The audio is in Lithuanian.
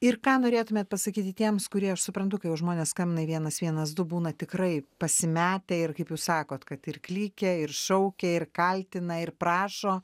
ir ką norėtumėt pasakyti tiems kurie aš suprantu kai jau žmonės skambina į vienas vienas du būna tikrai pasimetę ir kaip jūs sakot kad ir klykia ir šaukia ir kaltina ir prašo